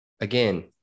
again